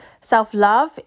Self-love